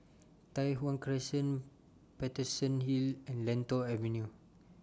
Tai Hwan Crescent Paterson Hill and Lentor Avenue